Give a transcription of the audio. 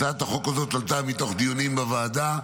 הצעת החוק הזאת נולדה מתוך דיונים בוועדה.